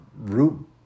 root